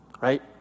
right